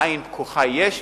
עין פקוחה יש,